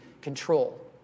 control